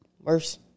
worse